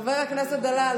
חבר הכנסת דלל,